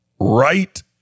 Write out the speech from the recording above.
right